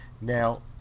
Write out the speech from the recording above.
Now